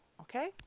okay